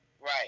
Right